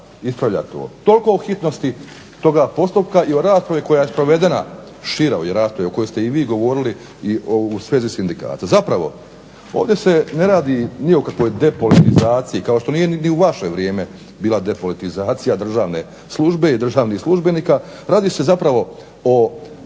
ispravlja to, toliko o hitnosti toga postupka i o raspravi koja je sprovedena, široj raspravi i u svezi sindikata. Zapravo, ovdje se ne radi o nikakvoj depolitizaciji, kao što nije ni u vaše vrijeme bila depolitizacija državne službe i službenika, radi se zapravo o